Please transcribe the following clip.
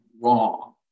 wrong